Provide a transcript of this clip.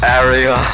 area